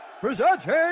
presenting